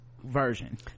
version